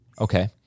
okay